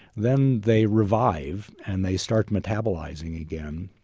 then they revive and they start metabolizing again.